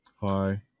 Hi